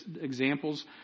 examples